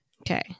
Okay